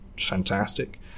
fantastic